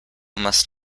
must